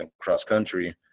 cross-country